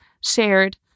shared